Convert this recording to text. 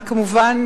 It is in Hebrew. כמובן,